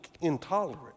intolerant